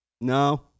No